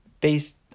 based